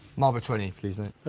marlboro twenty, please, mate.